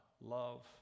love